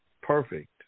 perfect